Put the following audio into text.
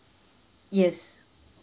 yes